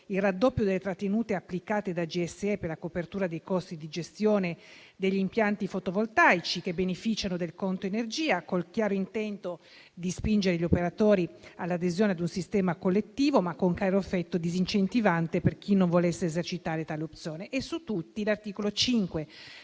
il raddoppio delle trattenute applicate da GSE per la copertura dei costi di gestione degli impianti fotovoltaici che beneficiano del conto energia, col chiaro intento di spingere gli operatori all'adesione ad un sistema collettivo, ma con chiaro effetto disincentivante per chi non volesse esercitare tale opzione. Su tutti l'articolo 5